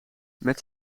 met